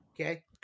Okay